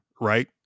right